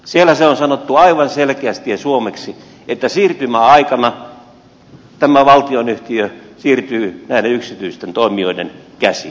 siellä se on sanottu aivan selkeästi ja suomeksi että siirtymäaikana tämä valtionyhtiö siirtyy näiden yksityisten toimijoiden käsiin